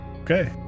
okay